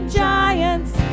giants